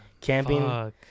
camping